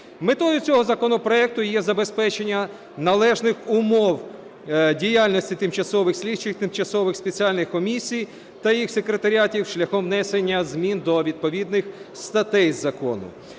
Метою цього законопроекту є забезпечення належних умов діяльності тимчасових слідчих, тимчасових спеціальних комісій та їх секретаріатів шляхом внесення змін до відповідних статей закону.